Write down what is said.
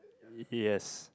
E T S